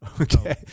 Okay